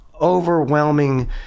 overwhelming